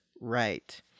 right